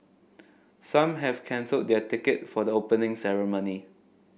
some have cancelled their ticket for the Opening Ceremony